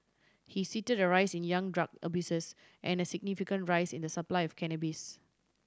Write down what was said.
he cited a rise in young drug abusers and a significant rise in the supply of cannabis